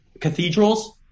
cathedrals